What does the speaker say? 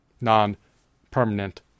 non-permanent